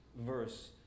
verse